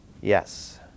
Yes